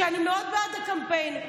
ואני מאוד בעד הקמפיין.